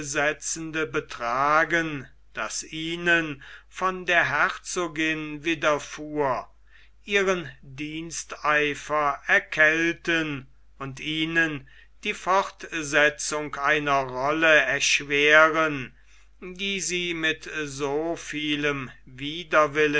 betragen das ihnen von der herzogin widerfuhr ihren diensteifer erkälten und ihnen die fortsetzung einer rolle erschweren die sie mit so vielem widerwillen